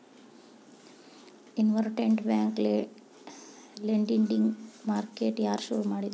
Internet bank lending market ಯಾರ್ ಶುರು ಮಾಡಿದ್ರು?